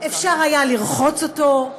אפשר היה לרחוץ אותו,